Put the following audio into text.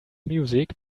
music